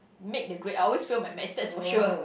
make the grade I always fail my maths that's for sure